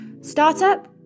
startup